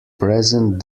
present